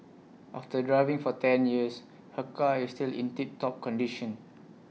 after driving for ten years her car is still in tip top condition